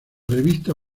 revista